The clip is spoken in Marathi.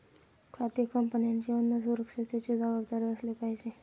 खाद्य कंपन्यांची अन्न सुरक्षेची जबाबदारी असली पाहिजे